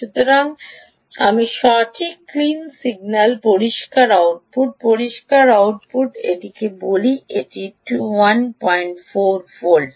সুতরাং আমি সঠিক ক্লিন সিগন্যাল পরিষ্কার আউটপুট পরিষ্কার আউটপুট এটি বলতে হবে যে এটি 18 ভোল্ট